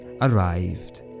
arrived